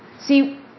See